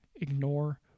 ignore